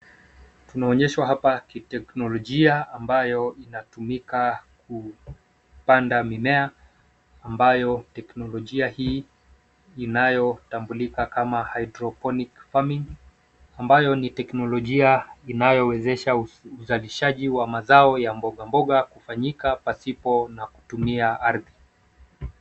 Tunaonyeshwa hapa kiteknolojia ambayo inatumika kupanda mimea ambayo teknolojia hii inayotambulika kama hydroponic farming ambayo ni teknolojia inayowezesha uzalishaji wa mazao ya mboga mboga kufanyika pasipo na kutumia ardhi.